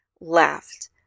laughed